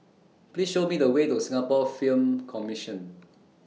Please Show Me The Way to Singapore Film Commission